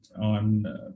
on